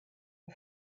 her